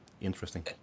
interesting